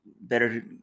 better